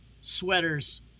sweaters